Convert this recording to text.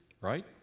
right